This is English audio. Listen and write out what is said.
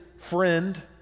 friend